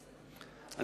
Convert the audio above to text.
אדוני, שר התשתיות.